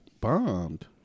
bombed